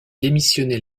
démissionné